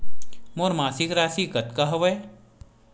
मोर मासिक राशि कतका हवय?